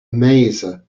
maser